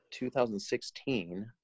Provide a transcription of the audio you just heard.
2016